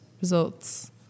results